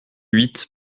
huit